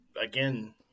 again